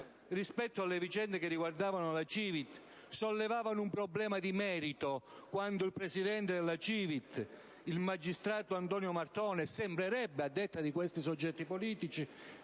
rispetto alle vicende che riguardavano la CiVIT, abbiamo sollevato un problema di merito quando il presidente della CiVIT, il magistrato Antonio Martone, a detta di questi soggetti politici